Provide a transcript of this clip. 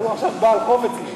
הוא עכשיו בעל חוב אצלי.